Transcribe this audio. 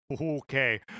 Okay